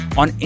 on